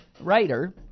writer